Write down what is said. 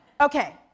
Okay